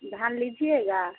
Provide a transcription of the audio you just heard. धान लीजिएगा